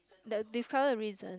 the discover the reason